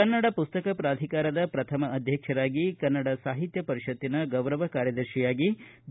ಕನ್ನಡ ಪುಸ್ತಕ ಪ್ರಾಧಿಕಾರದ ಪ್ರಥಮ ಅಧ್ಯಕ್ಷರಾಗಿ ಕನ್ನಡ ಸಾಹಿತ್ಯ ಪರಿಷತ್ತಿನ ಗೌರವ ಕಾರ್ಯದರ್ಶಿಯಾಗಿ ಬಿ